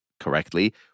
correctly